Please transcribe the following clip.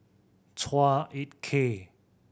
Chua Ek Kay